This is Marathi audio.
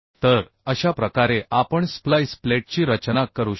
तर अशा प्रकारे आपण स्प्लाइस प्लेटची रचना करू शकतो